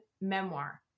memoir